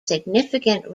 significant